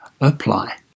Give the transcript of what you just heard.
apply